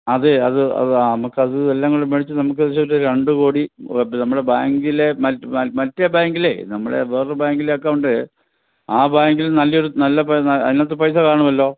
അതെ അത് അത് ആ നമുക്കത് എല്ലാം കൂടെ മേടിച്ചു നമുക്ക് എന്താന്ന് വെച്ചാൽ രണ്ട് കോടി നമ്മുടെ ബാങ്കിലെ മറ്റ് മ മറ്റേ ബാങ്കിലേ നമ്മുടെ വേറൊരു ബാങ്കിലെ അക്കൗണ്ട് ആ ബാങ്കിൽ നല്ലയൊരു തു നല്ല പ അതിനകത്ത് പൈസ കാണുമല്ലോ